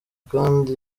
kandi